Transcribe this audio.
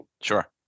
Sure